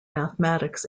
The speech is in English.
mathematics